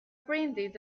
printed